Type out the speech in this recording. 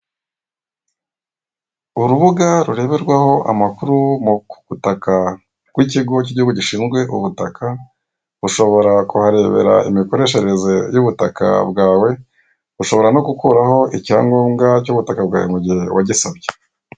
Urubuga rureberwaho amakuru ku butaka rw'ikigo k'igihugu gishinzwe ubutaka, ushobora kuharebera imikoreshereze y'ubutaka bwawe, ushobora no gukuraho icyangombwa cy'ubutaka bwawe mu gihe wagisabye.